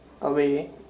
away